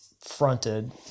fronted